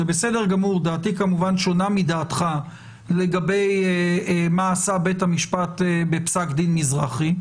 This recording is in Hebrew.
דעתי שונה כמובן מדעתך לגבי מה שעשה בית המשפט בפסק דין מזרחי.